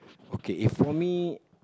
okay if for me